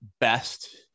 best